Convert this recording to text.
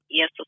Yes